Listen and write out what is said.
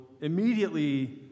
immediately